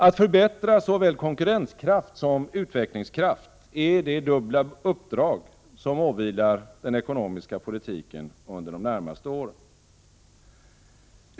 Att förbättra såväl konkurrenskraft som utvecklingskraft är det dubbla uppdrag som åvilar den ekonomiska politiken under de närmaste åren.